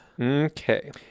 okay